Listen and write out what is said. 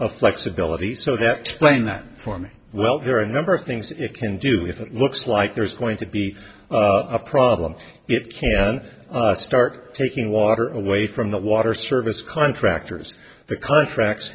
of flexibility so that plain that for me well there are a number of things it can do if it looks like there's going to be a problem it can start taking water away from the water service contractors the contracts